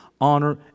honor